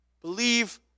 believe